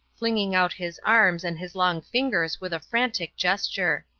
flinging out his arms and his long fingers with a frantic gesture.